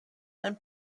and